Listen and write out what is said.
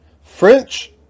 French